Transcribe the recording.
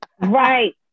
right